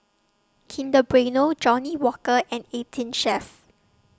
Kinder Bueno Johnnie Walker and eighteen Chef